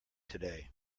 today